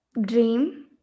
Dream